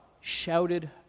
shouted